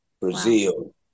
Brazil